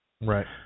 Right